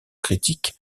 critique